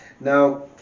Now